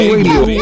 Radio